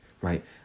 right